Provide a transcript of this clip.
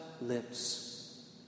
lips